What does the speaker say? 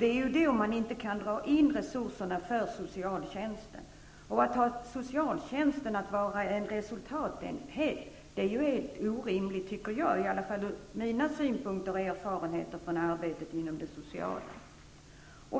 Det är då som man inte kan dra in resurserna för socialtjänsten. Att låta socialtjänsten vara en resultatenhet anser jag, med de erfarenheter och synpunkter som jag har från arbetet inom det sociala, är helt orimligt.